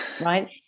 right